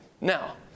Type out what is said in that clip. Now